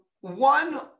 one